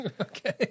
Okay